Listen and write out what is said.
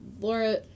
Laura